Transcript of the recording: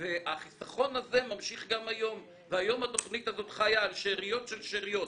החיסכון הזה ממשיך גם היום והיום התוכנית הזאת חיה על שאריות של שאריות.